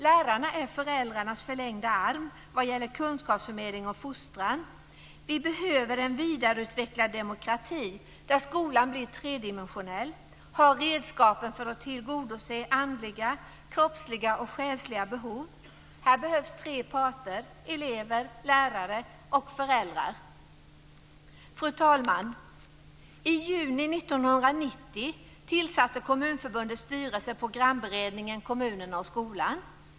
Lärarna är föräldrarnas förlängda arm vad gäller kunskapsförmedling och fostran. Vi behöver en vidareutvecklad demokrati, där skolan blir tredimensionell, har redskapen för att tillgodose andliga, kroppsliga och själsliga behov. Här behövs tre parter: elever, lärare och föräldrar. Fru talman! I juni 1990 tillsatte Kommunförbundets styrelse programberedningen Kommunerna och skolan.